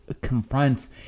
confronts